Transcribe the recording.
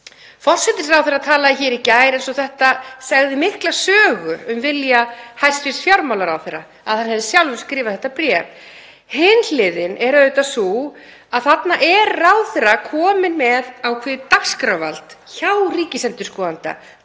Forsætisráðherra talaði hér í gær eins og það segði mikla sögu um vilja hæstv. fjármálaráðherra að hann hefði sjálfur skrifað þetta bréf. Hin hliðin er auðvitað sú að þarna er ráðherra kominn með ákveðið dagskrárvald hjá ríkisendurskoðanda,